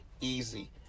easy